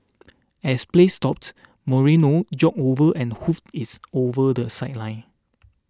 as play stopped Moreno jogged over and hoofed its over the sideline